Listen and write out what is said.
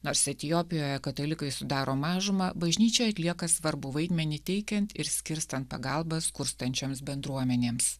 nors etiopijoje katalikai sudaro mažumą bažnyčia atlieka svarbų vaidmenį teikiant ir skirstant pagalbą skurstančioms bendruomenėms